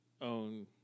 own